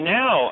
now